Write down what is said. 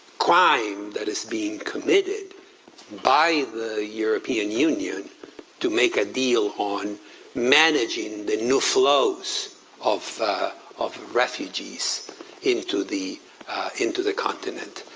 crime that is being committed by the european union to make a deal on managing the new flows of of refugees into the into the continent.